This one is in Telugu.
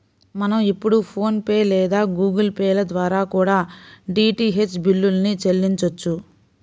మనం ఇప్పుడు ఫోన్ పే లేదా గుగుల్ పే ల ద్వారా కూడా డీటీహెచ్ బిల్లుల్ని చెల్లించొచ్చు